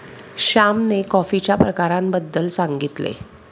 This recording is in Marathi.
श्यामने कॉफीच्या प्रकारांबद्दल सांगितले